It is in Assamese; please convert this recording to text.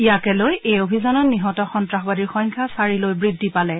ইয়াকে লৈ এই অভিযানত নিহত সন্তাসবাদীৰ সংখ্যা চাৰিলৈ বৃদ্ধি পালে